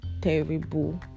Terrible